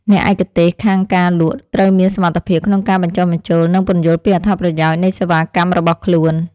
អ្នកឯកទេសខាងការលក់ត្រូវមានសមត្ថភាពក្នុងការបញ្ចុះបញ្ចូល និងពន្យល់ពីអត្ថប្រយោជន៍នៃសេវាកម្មរបស់ខ្លួន។